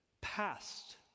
past